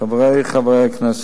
חברי חברי הכנסת,